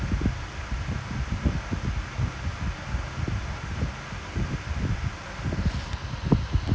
I mean ya lah like நா பாக்குறே ஆனா:naa paakkuraen aanaa like quite low chance lah but I mean